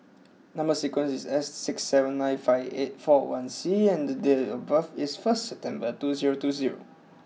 number sequence is S six seven nine five eight four one C and the date of birth is first September two zero two zero